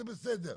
זה בסדר.